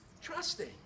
trusting